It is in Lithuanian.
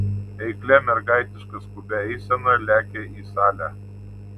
eiklia mergaitiška skubia eisena lekia į salę